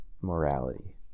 morality